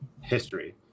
history